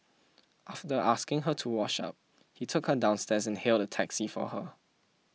after asking her to wash up he took her downstairs and hailed a taxi for her